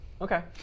okay